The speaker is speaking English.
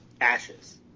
ashes